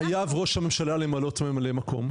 חייב ראש הממשלה למנות ממלא מקום?